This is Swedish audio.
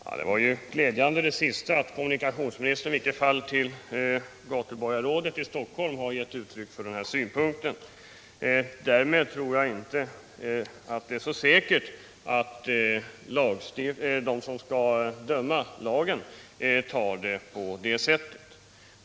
Herr talman! Det som kommunikationsministern senast sade var glädjande, nämligen att kommunikationsministern till gatuborgarrådet i Stockholm har gett uttryck för denna synpunkt. Jag tror emellertid inte att det är så säkert att de som skall döma enligt lagen har det synsättet.